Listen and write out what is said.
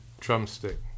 drumstick